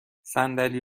صندلی